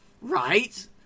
Right